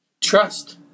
Trust